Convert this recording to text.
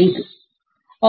5